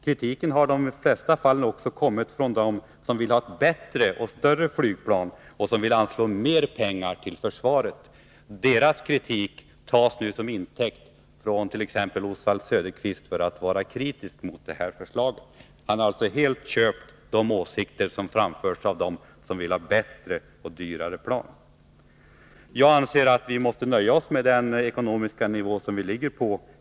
Kritiken har i de flesta fall också kommit från dem som vill ha ett bättre och större flygplan och som vill anslå mer pengar till försvaret. Deras kritik tas nu som intäkt av t.ex. Oswald Söderqvist för att vara kritisk mot detta förslag. Han har alltså helt köpt de åsikter som framförts av dem som vill ha ett bättre och dyrare plan. Jag anser att vi måste nöja oss med den ekonomiska nivå som vi nu ligger på.